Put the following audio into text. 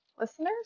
Listeners